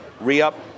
re-up